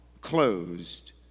closed